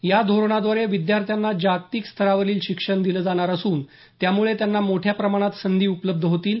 या धोरणाद्वारे विद्यार्थांना जागतिक स्तरावरील शिक्षण दिलं जाणार असून त्यामुळे त्यांना मोठ्या प्रमाणात संधी उपलब्ध होतील